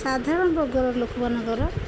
ସାଧାରଣ ବର୍ଗର ଲୋକମାନଙ୍କର